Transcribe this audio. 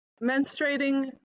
menstruating